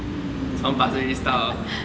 从 pasir ris 到